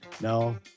No